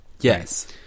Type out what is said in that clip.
Yes